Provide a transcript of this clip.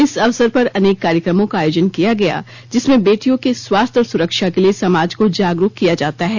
इस अवसर पर अनेक कार्यक्रमों का आयोजन किया गया जिसमें बेटियों के स्वास्थ्य और सुरक्षा के लिए समाज को जागरूक किया जाता है